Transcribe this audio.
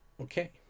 okay